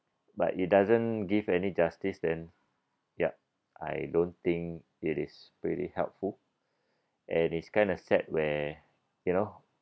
but it doesn't give any justice then yup I don't think it is pretty helpful and it's kind of sad where you know